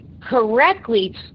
correctly